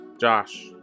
Josh